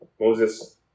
Moses